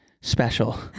special